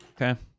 okay